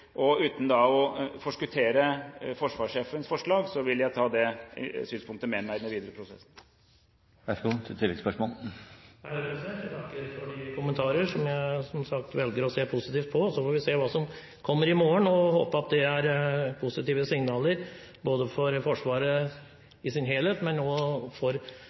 Uten å forskuttere forsvarssjefens forslag vil jeg ta det synspunktet med meg i den videre prosessen. Jeg takker for de kommentarene – som jeg som sagt velger å se positivt på. Så får vi se hva som kommer i morgen, og håpe at det er positive signaler, både for Forsvaret i sin helhet og også for